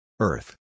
Earth